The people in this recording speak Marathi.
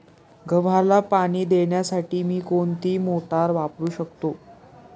गव्हाला पाणी देण्यासाठी मी कोणती मोटार वापरू शकतो?